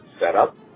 setup